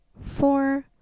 four